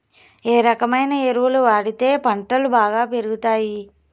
ఏ రకమైన ఎరువులు వాడితే పంటలు బాగా పెరుగుతాయి?